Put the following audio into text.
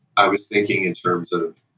i was thinking in terms of